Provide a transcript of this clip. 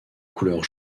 couleur